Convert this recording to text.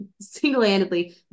single-handedly